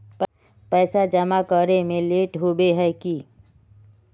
पैसा जमा करे में लेट होबे सके है की?